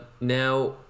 now